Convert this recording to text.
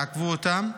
יעכבו אותם.